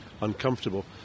uncomfortable